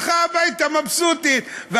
הביתה מבסוטית.